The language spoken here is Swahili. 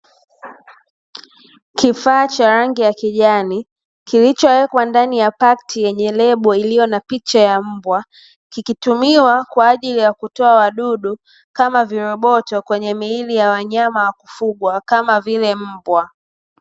Kifaa cha rangi ya kijani kilichowekwa ndani ya pakti yenye lebo, iliyo na picha ya mbwa kikitumiwa kwa ajili ya kutoa wadudu kama viroboto kwenye miili ya wanyama wa kufugwa kama vile mbwa.